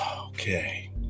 okay